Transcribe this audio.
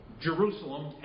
Jerusalem